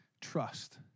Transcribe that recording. Trust